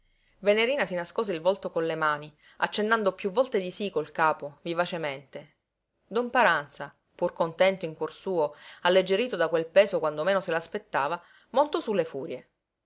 venerina si nascose il volto con le mani accennando piú volte di sí col capo vivacemente don paranza pur contento in cuor suo alleggerito da quel peso quando meno se l'aspettava montò su le furie